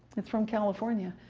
it's from california